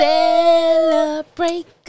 Celebrate